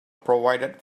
provided